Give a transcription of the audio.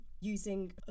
using